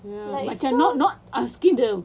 mm macam not not asking them